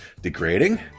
degrading